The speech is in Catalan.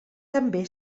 també